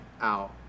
out